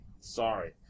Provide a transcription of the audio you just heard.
Sorry